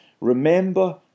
Remember